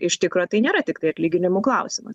iš tikro tai nėra tiktai atlyginimų klausimas